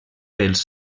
pels